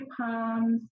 palms